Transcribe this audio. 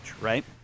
right